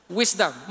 wisdom